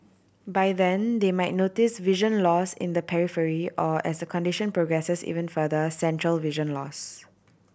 by then they might notice vision loss in the periphery or as the condition progresses even further central vision loss